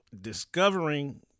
discovering